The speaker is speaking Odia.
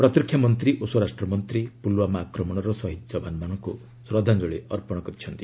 ପ୍ରତିରକ୍ଷା ମନ୍ତ୍ରୀ ଓ ସ୍ୱରାଷ୍ଟ୍ର ମନ୍ତ୍ରୀ ପୁଲଓ୍ୱାମା ଆକ୍ରମଣର ସହିଦ ଯବାନମାନଙ୍କୁ ଶ୍ରଦ୍ଧାଞ୍ଜଳୀ ଅର୍ପଣ କରିଛନ୍ତି